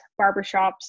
barbershops